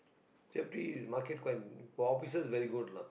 safety market quite for officers is very good lah